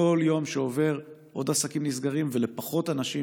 כל יום שעובר עוד עסקים נסגרים ולפחות אנשים